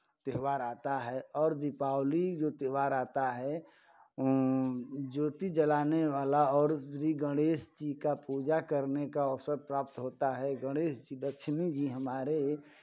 त्योहार आता है और दीपावली जो त्योहार आता है ज्योति जलाने वाला और श्री गणेश जी का पूजा करने का अवसर प्राप्त होता है गणेश जी लक्ष्मी जी हमारे